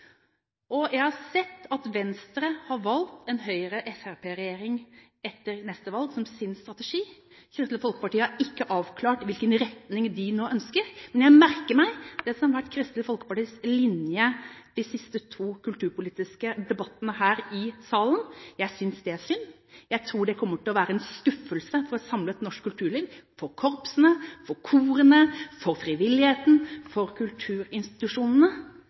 Jeg har sett at Venstre har valgt en Høyre–Fremskrittsparti-regjering etter neste valg som sin strategi. Kristelig Folkeparti har ikke avklart hvilken retning de nå ønsker, men jeg merker meg det som har vært Kristelig Folkepartis linje i de to siste kulturpolitiske debattene her i salen. Jeg synes det er synd. Jeg tror det kommer til å være en skuffelse for et samlet norsk kulturliv, for korpsene, for korene, for frivilligheten og for kulturinstitusjonene.